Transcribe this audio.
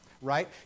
right